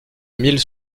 mille